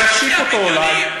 להשתיק אותו, אולי,